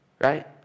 Right